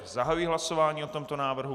Zahajuji hlasování o tomto návrhu.